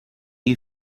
you